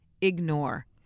ignore